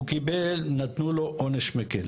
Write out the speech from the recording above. הוא קיבל, נתנו לו עונש מקל.